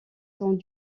sont